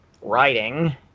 writing